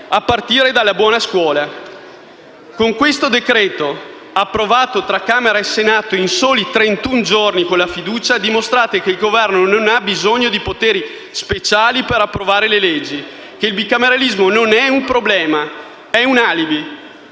a partire dalla buona scuola. Con questo decreto-legge, approvato tra Camera e Senato in soli trentuno giorni con la fiducia, dimostrate che il Governo non ha bisogno di poteri speciali per approvare le leggi e che il bicameralismo non è un problema, ma è un alibi.